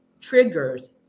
triggers